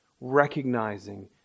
recognizing